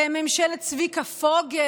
ממשלת צביקה פוגל,